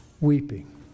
weeping